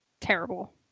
terrible